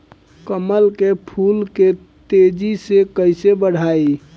कमल के फूल के तेजी से कइसे बढ़ाई?